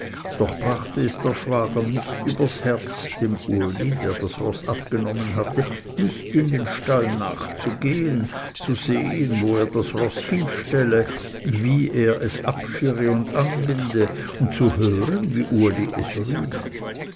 doch brachte es der schwager nicht übers herz dem uli der das roß abgenommen hatte nicht in den stall nachzugehen zu sehen wo er das roß hinstelle wie er es abschirre und anbinde und zu hören wie uli es rühme